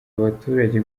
abaturage